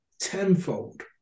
tenfold